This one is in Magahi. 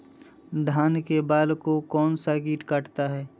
धान के बाल को कौन सा किट काटता है?